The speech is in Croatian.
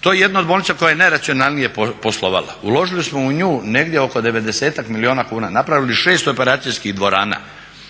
To je jedna od bolnica koja je najracionalnije poslovala, uložili smo u nju negdje oko devedesetak milijuna kuna, napravili 6 operacijskih dvorana,